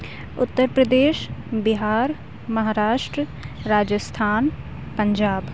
Uttar Pradesh Bihar Maharashtra Rajasthan Punjab